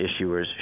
issuers